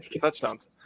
touchdowns